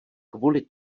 kvůli